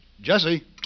Jesse